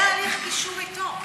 בהליך גישור אתו.